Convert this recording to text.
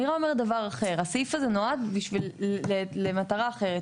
אני אומרת דבר אחר, הסעיף הזה נועד למטרה אחת.